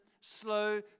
slow